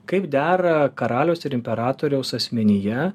kaip dera karaliaus ir imperatoriaus asmenyje